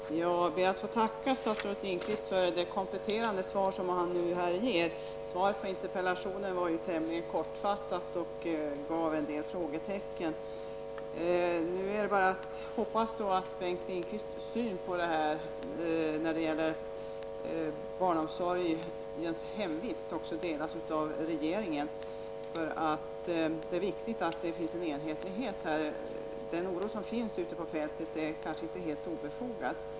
Herr talman! Jag ber att få tacka statsrådet Lindqvist för det kompletterande svar som han nu ger. Svaret på interpellationen var tämligen kortfattat och lämnade en del frågestecken. Nu är det bara att hoppas att Bengt Lindqvists syn på barnomsorgens hemvist också delas av regeringen. Det är viktigt att det finns en enhetlighet. Den oro som finns ute på fältet är kanske inte helt obefogad.